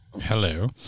Hello